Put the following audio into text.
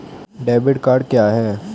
Debit card क्या है?